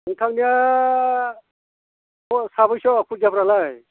नोंथांनिया अह साबेसे खुदियाफोरालाय